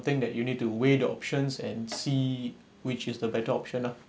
thing that you need to weigh the options and see which is the better option lah